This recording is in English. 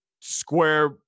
square